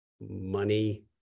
money